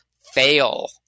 fail